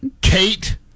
Kate